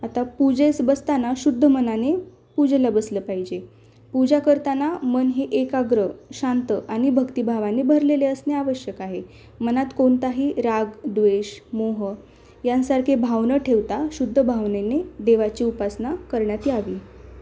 आता पूजेस बसताना शुद्ध मनाने पूजेला बसलं पाहिजे पूजा करताना मन हे एकाग्र शांत आणि भक्तिभावाने भरलेले असणे आवश्यक आहे मनात कोणताही राग द्वेष मोह यासारखे भाव न ठेवता शुद्ध भावनेने देवाची उपासना करण्यात यावी